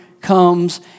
comes